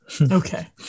okay